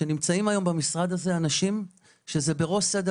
שנמצאים היום במשרד הזה אנשים שזה בראש סדר